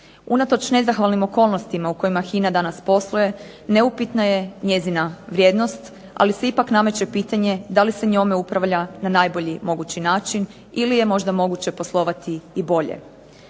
Unatoč nezahvalnim okolnostima u kojima HINA danas posluje neupitna je njezina vrijednost, ali se ipak nameće pitanje da li se njome upravlja na najbolji mogući način ili je možda moguće poslovati i bolje.